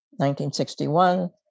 1961